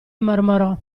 mormorò